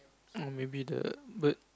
or maybe the bird